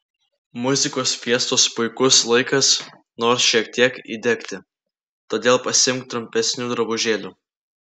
muzikos fiestos puikus laikas nors šiek tiek įdegti todėl pasiimk trumpesnių drabužėlių